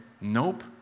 nope